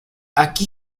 aquí